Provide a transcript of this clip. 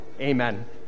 Amen